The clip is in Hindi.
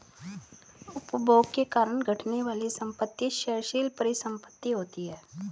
उपभोग के कारण घटने वाली संपत्ति क्षयशील परिसंपत्ति होती हैं